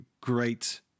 great